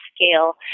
scale